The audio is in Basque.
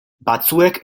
batzuek